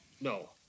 No